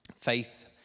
Faith